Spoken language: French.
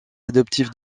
adoptif